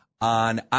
on